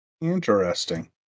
Interesting